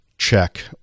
check